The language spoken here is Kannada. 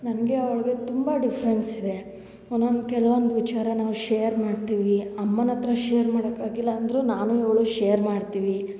ನನಗೆ ಅವ್ಳಿಗೆ ತುಂಬ ಡಿಫ್ರೆನ್ಸ್ ಇದೆ ಒನ್ನೊಂದು ಕೆಲ್ವೊಂದು ವಿಚಾರ ನಾವು ಶೇರ್ ಮಾಡ್ತೀವಿ ಅಮ್ಮನ ಹತ್ರ ಶೇರ್ ಮಾಡಕ್ಕೆ ಆಗಿಲ್ಲ ಅಂದರೂ ನಾನು ಇವಳು ಶೇರ್ ಮಾಡ್ತೀವಿ